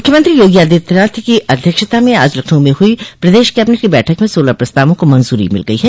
मुख्यमंत्री योगी आदित्यनाथ की अध्यक्षता में आज लखनऊ में हुई प्रदेश कैबिनेट की बैठक में सोलह प्रस्तावों को मंजूरी मिल गई है